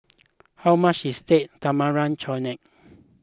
how much is Date Tamarind Chutney